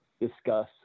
discuss